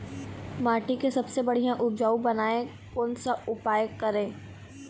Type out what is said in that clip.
माटी के सबसे बढ़िया उपजाऊ बनाए कोन सा उपाय करें?